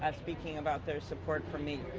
ah speaking about their support for me.